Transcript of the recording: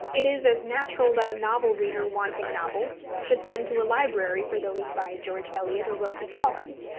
it is as natural that a novel reader wanting novels should send to a library for those by george eliot or wilkie collins,